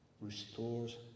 restores